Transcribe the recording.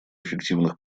эффективных